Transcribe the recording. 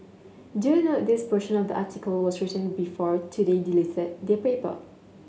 do note this portion of the article was written before Today deleted their paper